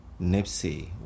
Nipsey